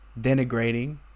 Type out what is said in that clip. denigrating